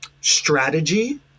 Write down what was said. strategy